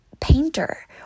painter